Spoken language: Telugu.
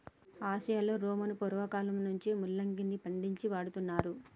ఆసియాలో రోమను పూర్వకాలంలో నుంచే ముల్లంగిని పండించి వాడుతున్నారు